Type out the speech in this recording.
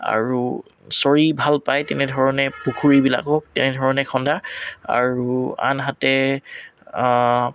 আৰু চৰি ভাল পায় তেনেধৰণে পুখুৰীবিলাকত তেনেধৰণে খন্দা আৰু আনহাতে